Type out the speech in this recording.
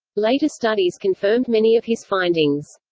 later studies confirmed many of his findings.